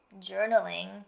journaling